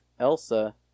Elsa